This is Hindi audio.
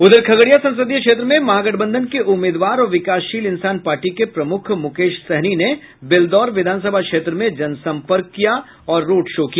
उधर खगड़िया संसदीय क्षेत्र में महागठबंधन के उम्मीदवार और विकासशील इंसान पार्टी के प्रमुख मुकेश सहनी ने बेलदौर विधानसभा क्षेत्र में जनसंपर्क और रोड शो किया